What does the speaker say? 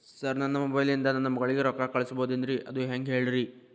sir ನನ್ನ mobile ಇಂದ ನನ್ನ ಮಗಳಿಗೆ ರೊಕ್ಕಾ ಕಳಿಸಬಹುದೇನ್ರಿ ಅದು ಹೆಂಗ್ ಹೇಳ್ರಿ